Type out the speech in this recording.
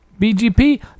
BGP